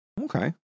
Okay